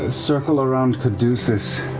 ah circle around caduceus.